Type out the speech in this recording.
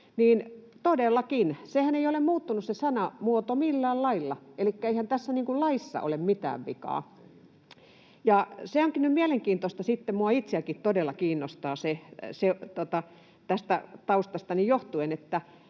todellakin, se sanamuotohan ei ole muuttunut millään lailla, elikkä eihän tässä laissa ole mitään vikaa. Se onkin nyt mielenkiintoista, ja minua itseänikin tämä todella kiinnostaa tästä taustastani johtuen,